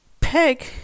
Peg